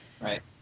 Right